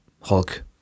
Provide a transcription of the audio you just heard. Hulk